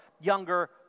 younger